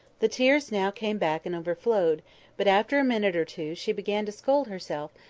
the tears now came back and overflowed but after a minute or two she began to scold herself,